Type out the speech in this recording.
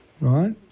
right